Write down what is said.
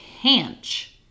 hanch